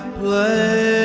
play